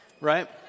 right